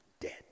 dead